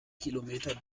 kilometer